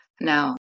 Now